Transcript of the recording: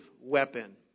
weapon